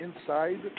inside